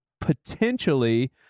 potentially